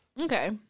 Okay